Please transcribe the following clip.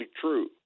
true